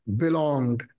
belonged